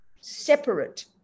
separate